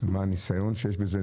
מה הניסיון שיש בזה.